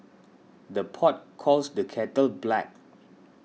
the pot calls the kettle black